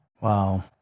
Wow